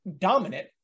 dominant